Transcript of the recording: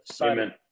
Amen